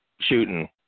shooting